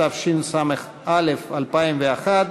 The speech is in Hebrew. התשס"א 2001,